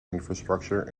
infrastructure